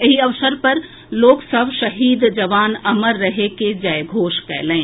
एहि अवसर पर लोक सभ शहीद जवान अमर रहें के जयघोष कएलनि